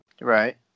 right